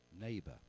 neighbor